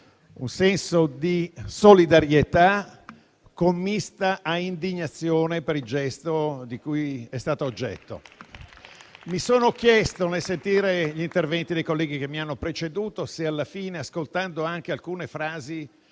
un senso di solidarietà commista a indignazione per il gesto di cui è stata oggetto. Mi sono chiesto, nel sentire gli interventi dei colleghi che mi hanno preceduto e ascoltando anche alcune frasi